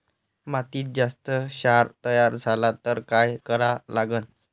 मातीत जास्त क्षार तयार झाला तर काय करा लागन?